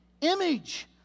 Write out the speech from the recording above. Image